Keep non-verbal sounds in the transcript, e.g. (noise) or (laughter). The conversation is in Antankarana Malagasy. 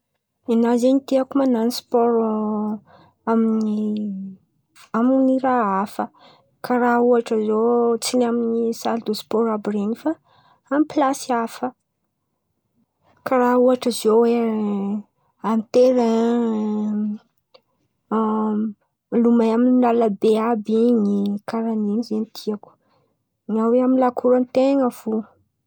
Ny nakà zen̈y tiako man̈ano spôro am- amy raha hafa. Karà ohatra zao tsy ny amin’ny sal de spôro àby ren̈y fa amy plasy hafa. Karà ohatra zio hoe: amy terain, (hesitation) milomay amy lalabe àby in̈y karàn’in̈y zen̈y tiako, na hoe amy lakoron-ten̈a fo.